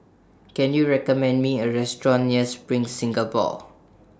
Can YOU recommend Me A Restaurant near SPRING Singapore